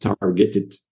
targeted